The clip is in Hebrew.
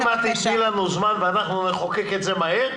אם את תיתני לנו זמן ואנחנו נחוקק את זה מהר,